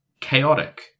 chaotic